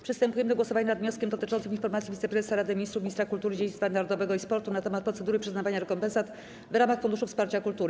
Przystępujemy do głosowania nad wnioskiem dotyczącym Informacji Wiceprezesa Rady Ministrów, Ministra Kultury, Dziedzictwa Narodowego i Sportu na temat procedury przyznawania rekompensat w ramach Funduszu Wsparcia Kultury.